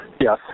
yes